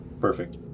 perfect